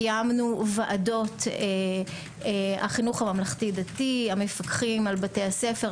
קיימנו ועדות בחינוך הממלכתי דתי בשיתוף עם המפקחים על בתי הספר,